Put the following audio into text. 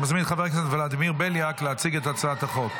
אני מזמין את חבר הכנסת ולדימיר בליאק להציג את הצעת החוק.